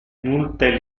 multe